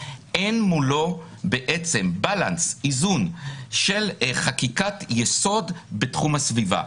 אין מולו בעצם איזון של חקיקת יסוד בתחום הסביבה,